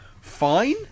Fine